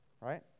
Right